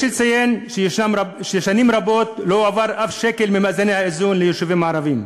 יש לציין ששנים רבות לא הועבר אף שקל ממענקי האיזון ליישובים הערביים.